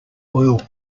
oil